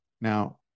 Now